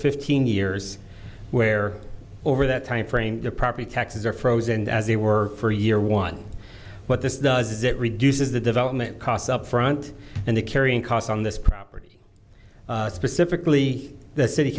fifteen years where over that time frame the property taxes are frozen as they were for a year one what this does is it reduces the development costs up front and the carrying costs on this property specifically the city